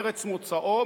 ארץ מוצאו,